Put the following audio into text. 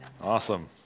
Awesome